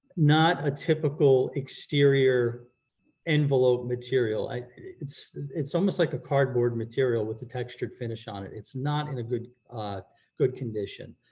not a typical exterior envelope material, it's it's almost like a cardboard material with a textured finish on it, it's not in a good good condition.